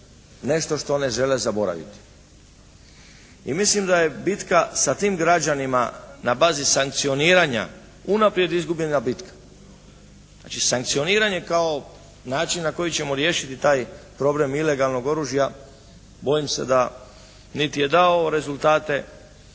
nešto što ne žele zaboraviti. I mislim da je bitka sa tim građanima na bazi sankcioniranja unaprijed izgubljena bitka. Znači sankcioniranje kao način na koji ćemo riješiti taj problem ilegalnog oružja bojim se da niti je davao rezultate